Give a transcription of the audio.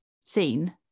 seen